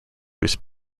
was